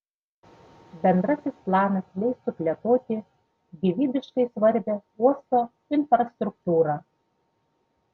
bendrasis planas leistų plėtoti gyvybiškai svarbią uosto infrastruktūrą